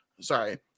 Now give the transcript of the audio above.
Sorry